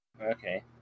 okay